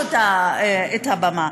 תודה לכם.